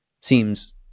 seems